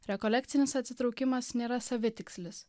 rekolekcinis atsitraukimas nėra savitikslis